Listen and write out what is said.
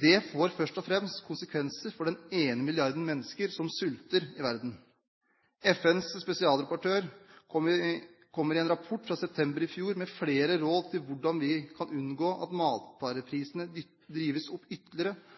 Det får først og fremst konsekvenser for den ene milliarden mennesker som sulter i verden. FNs spesialrapportør kommer i en rapport fra september i fjor med flere råd til hvordan vi kan unngå at matvareprisene drives ytterligere opp